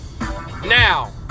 Now